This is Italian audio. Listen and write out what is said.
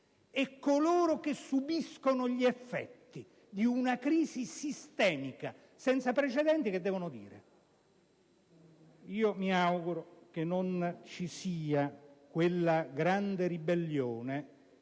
e coloro che subiscono gli effetti di una crisi sistemica senza precedenti che cosa devono dire? Mi auguro che non ci sia quella grande ribellione